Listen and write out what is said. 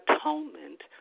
atonement